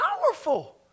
powerful